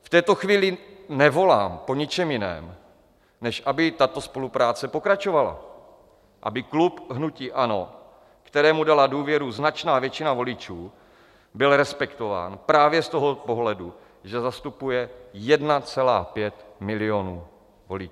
V této chvíli nevolám po ničem jiném, než aby tato spolupráce pokračovala, aby klub hnutí ANO, kterému dala důvěru značná většina voličů, byl respektován právě z toho pohledu, že zastupuje 1,5 milionu voličů.